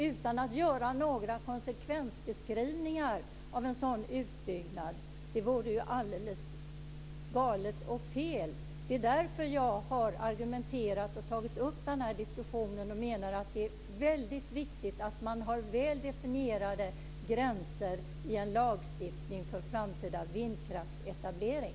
Att inte göra några konsekvensbeskrivningar av en sådan utbyggnad vore alldeles fel. Det är därför som jag har tagit upp den här diskussionen och menar att det är väldigt viktigt att man har väl definierade gränser i en lagstiftning för framtida vindkraftsetablering.